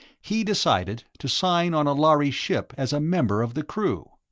he decided to sign on a lhari ship as a member of the crew.